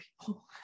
people